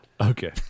Okay